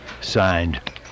Signed